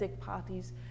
parties